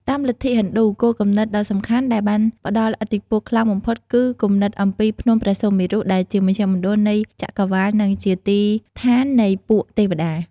តាមលទ្ធិហិណ្ឌូ គោលគំនិតដ៏សំខាន់ដែលបានផ្តល់ឥទ្ធិពលខ្លាំងបំផុតគឺគំនិតអំពីភ្នំព្រះសុមេរុដែលជាមជ្ឈមណ្ឌលនៃចក្រវាឡនិងជាទីស្ថាននៃពួកទេវតា។